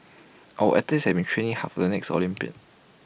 our athletes have been training hard for the next Olympics